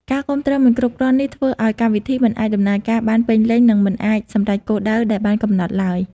ការគាំទ្រមិនគ្រប់គ្រាន់នេះធ្វើឲ្យកម្មវិធីមិនអាចដំណើរការបានពេញលេញ និងមិនអាចសម្រេចគោលដៅដែលបានកំណត់ឡើយ។